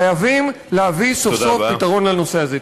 חייבים להביא סוף-סוף פתרון לנושא הזה.